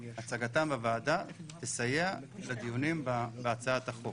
הצגתם בוועדה תסייע לדיונים בהצעת החוק.